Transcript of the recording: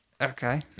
Okay